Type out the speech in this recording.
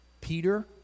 Peter